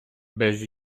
без